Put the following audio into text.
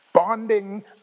Bonding